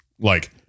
Like-